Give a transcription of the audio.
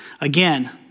Again